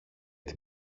την